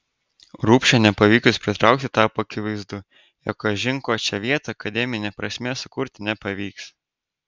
rubšio nepavykus pritraukti tapo akivaizdu jog kažin ko čia vietoje akademine prasme sukurti nepavyks